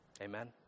Amen